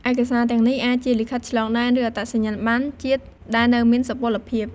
ឯកសារទាំងនេះអាចជា លិខិតឆ្លងដែន ឬ អត្តសញ្ញាណប័ណ្ណជាតិ ដែលនៅមានសុពលភាព។